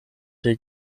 der